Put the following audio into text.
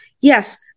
yes